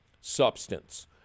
substance